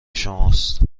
شماست